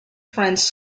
friends